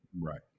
Right